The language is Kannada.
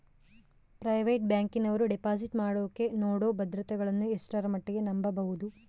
ಪ್ರೈವೇಟ್ ಬ್ಯಾಂಕಿನವರು ಡಿಪಾಸಿಟ್ ಮಾಡೋಕೆ ನೇಡೋ ಭದ್ರತೆಗಳನ್ನು ಎಷ್ಟರ ಮಟ್ಟಿಗೆ ನಂಬಬಹುದು?